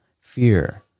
Fear